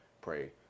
pray